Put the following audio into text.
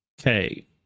Okay